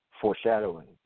foreshadowing